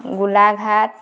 Golaghat